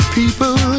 people